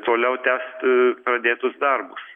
toliau tęst pradėtus darbus